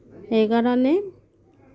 সেইকাৰণে